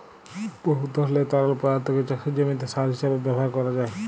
বহুত ধরলের তরল পদাথ্থকে চাষের জমিতে সার হিঁসাবে ব্যাভার ক্যরা যায়